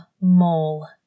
mole